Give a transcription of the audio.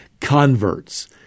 converts